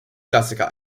klassiker